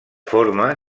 forma